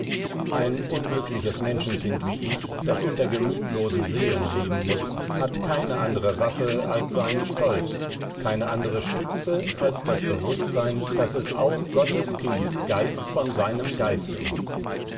ein unglückliches menschenkind wie ich das unter gemütlosen seelen leben muß hat keine andere waffe als seinen stolz keine andere stütze als das bewußtsein daß es auch gottes kind geist von seinem geiste ist